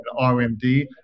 RMD